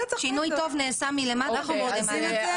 שינוי טוב נעשה מלמטה --- מלמעלה.